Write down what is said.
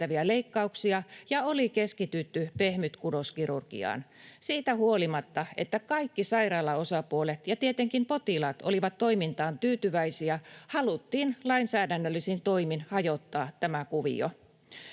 leikkauksia ja oli keskitytty pehmytkudoskirurgiaan. Siitä huolimatta, että kaikki sairaalaosapuolet ja tietenkin potilaat olivat toimintaan tyytyväisiä, haluttiin lainsäädännöllisin toimin hajottaa tämä kuvio.